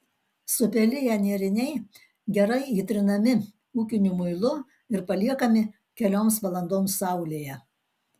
supeliję nėriniai gerai įtrinami ūkiniu muilu ir paliekami kelioms valandoms saulėje